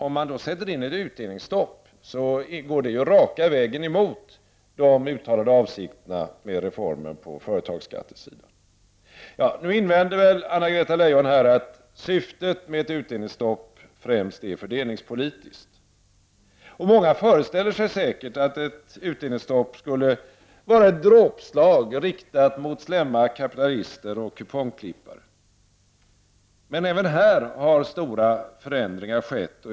Om man sätter in ett utdelningsstopp går det rakt emot de uttalade avsikterna med reformen på företagsskattesidan, Nu kommer väl Anna-Greta Leijon att invända att syftet med ett utdelningstopp främst är fördelningspolitiskt. Många föreställer sig säkert att ett utdelningsstopp skulle vara ett dråpslag riktat mot slemma kapitalister och kupongklippare. Även här har det skett stora förändringar.